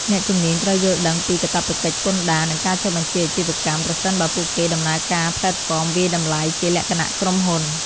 អ្នកជំនាញត្រូវយល់ដឹងពីកាតព្វកិច្ចពន្ធដារ និងការចុះបញ្ជីអាជីវកម្ម ប្រសិនបើពួកគេដំណើរការផ្លេតហ្វមវាយតម្លៃជាលក្ខណៈក្រុមហ៊ុន។